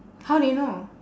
how do you know